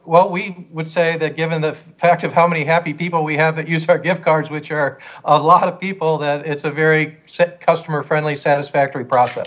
well we would say that given the fact of how many happy people we haven't used our gift cards which are a lot of people that it's a very sad customer friendly satisfactory process